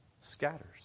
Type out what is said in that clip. scatters